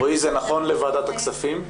זה נכון לוועדת הכספים,